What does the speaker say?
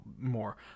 more